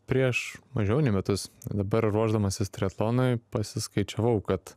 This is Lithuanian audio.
prieš mažiau nei metus dabar ruošdamasis triatlonui pasiskaičiavau kad